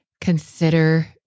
consider